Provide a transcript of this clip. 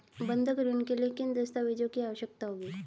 बंधक ऋण के लिए किन दस्तावेज़ों की आवश्यकता होगी?